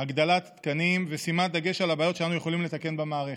הגדלת תקנים ושימת דגש על הבעיות שאנו יכולים לתקן במערכת.